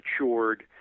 matured